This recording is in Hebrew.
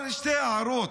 אבל שתי הערות: